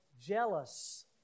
Jealous